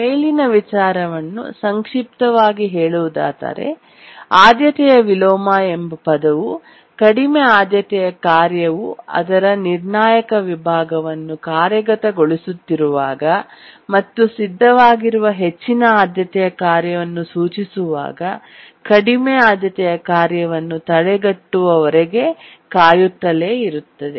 ಮೇಲಿನ ವಿಚಾರವನ್ನು ಸಂಕ್ಷಿಪ್ತವಾಗಿ ಹೇಳುವುದಾದರೆ ಆದ್ಯತೆಯ ವಿಲೋಮ ಎಂಬ ಪದವು ಕಡಿಮ ಆದ್ಯತೆಯ ಕಾರ್ಯವು ಅದರ ನಿರ್ಣಾಯಕ ವಿಭಾಗವನ್ನು ಕಾರ್ಯಗತಗೊಳಿಸುತ್ತಿರುವಾಗ ಮತ್ತು ಸಿದ್ಧವಾಗಿರುವ ಹೆಚ್ಚಿನ ಆದ್ಯತೆಯ ಕಾರ್ಯವನ್ನು ಸೂಚಿಸುವಾಗ ಕಡಿಮೆ ಆದ್ಯತೆಯ ಕಾರ್ಯವನ್ನು ತಡೆಗಟ್ಟುವವರೆಗೆ ಕಾಯುತ್ತಲೇ ಇರುತ್ತದೆ